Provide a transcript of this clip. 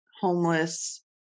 homeless